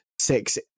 six